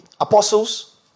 apostles